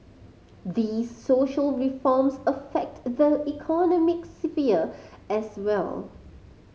these social reforms affect the economic sphere as well